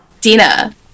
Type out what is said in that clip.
Dina